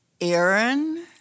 Aaron